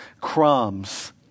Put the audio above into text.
crumbs